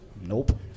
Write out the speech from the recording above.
nope